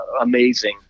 amazing